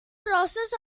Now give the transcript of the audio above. process